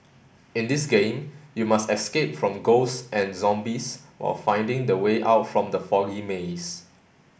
in this game you must escape from ghosts and zombies while finding the way out from the foggy maze